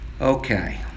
Okay